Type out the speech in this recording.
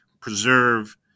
preserve